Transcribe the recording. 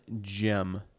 gem